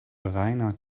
reiner